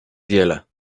wiele